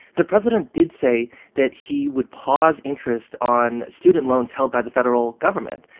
the president did say that he would pause interest on student loans held by the federal government,